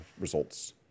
results